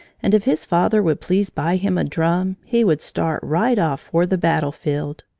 and if his father would please buy him a drum, he would start right off for the battle-field.